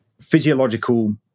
physiological